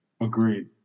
Agreed